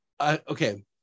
okay